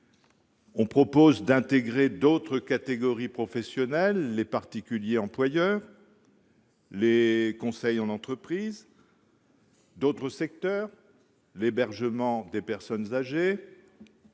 On propose d'intégrer d'autres catégories professionnelles, comme les particuliers employeurs et les conseils en entreprise, et d'autres secteurs, en particulier l'hébergement des personnes âgées,